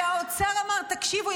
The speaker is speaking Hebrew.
כי האוצר אמר: תקשיבו,